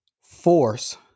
force